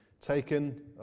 taken